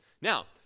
Now